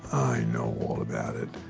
i know all about it.